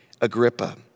Agrippa